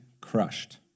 crushed